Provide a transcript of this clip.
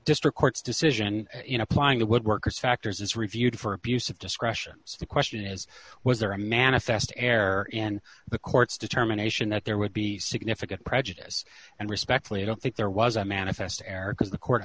district court's decision you know applying to woodworkers factors is reviewed for abuse of discretion the question is was there a manifest error in the court's determination that there would be significant prejudice and respectfully i don't think there was a manifest error because the court